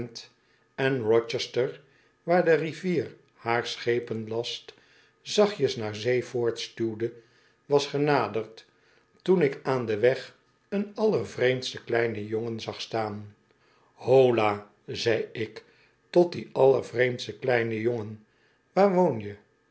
en rochester waaide rivier haar schepenlast zachtjes naar zee voortstuwde was genaderd toen ik aan den weg een allervreemdsten kleinen jongen zag staan holla zei ik tot dien allervreemdsten kleinen jongen waar woon je